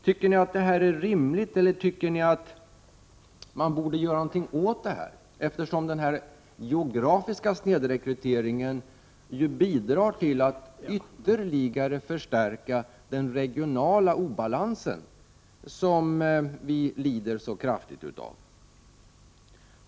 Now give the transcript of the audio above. Tycker ni att det är rimligt eller tycker ni att man borde göra någonting åt detta? Den geografiska snedrekryteringen bidrar ju till ytterligare förstärka den regionala obalansen som vi lider så kraftigt av.